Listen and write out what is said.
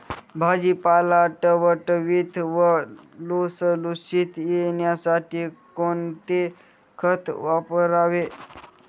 भाजीपाला टवटवीत व लुसलुशीत येण्यासाठी कोणते खत वापरावे?